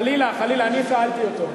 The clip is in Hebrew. חלילה, חלילה, אני שאלתי אותו.